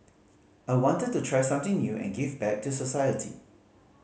I wanted to try something new and give back to society